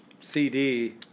CD